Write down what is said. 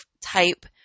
type